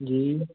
ਜੀ